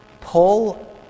Paul